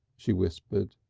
she whispered.